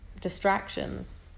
distractions